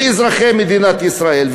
מאזרחי מדינת ישראל.